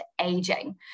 aging